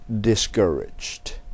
discouraged